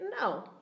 No